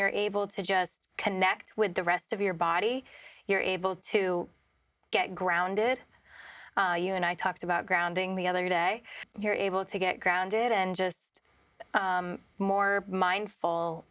you're able to just connect with the rest of your body you're able to get grounded you and i talked about grounding the other day your able to get grounded and just more mindful